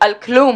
על כלום.